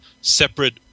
separate